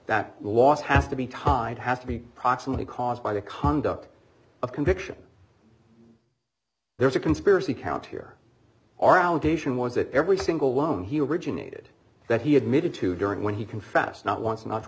that loss has to be tied have to be approximately caused by the conduct of conviction there's a conspiracy count here or allegation was that every single loan he originated that he admitted to during when he confessed not once not t